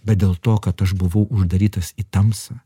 bet dėl to kad aš buvau uždarytas į tamsą